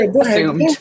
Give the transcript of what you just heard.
assumed